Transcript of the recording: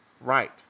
right